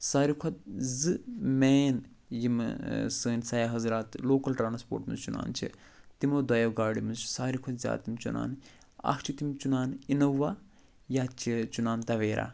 سارِوی کھۄتہٕ زٕ مین یِمہٕ سٲنۍ سیاح حضرات لوکَل ٹرانسپورٹ چُنان چھِ تِمَو دۄیَو گاڑیو منٛز چھِ سارِوی کھۄتہٕ زیادٕ تِم چُنان اَکھ چھِ تِم چُنان اِنووا یا چھِ چُنان تویرا